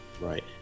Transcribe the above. Right